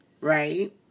Right